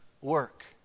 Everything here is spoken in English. work